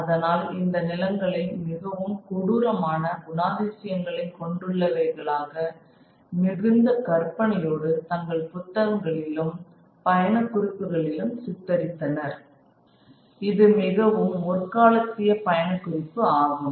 அதனால் இந்த நிலங்களை மிகவும் கொடூரமான குணாதிசயங்களை கொண்டுள்ளவகைகளாக மிகுந்த கற்பனையோடு தங்கள் புத்தகங்களிலும் பயணக் குறிப்புகளிலும் சித்தரித்தனர் இது மிகவும் முற்காலத்திய பயணக்குறிப்பு ஆகும்